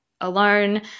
alone